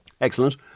Excellent